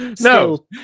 No